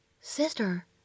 Sister